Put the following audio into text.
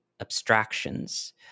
abstractions